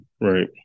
right